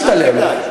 זה גם משתלם,